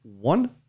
One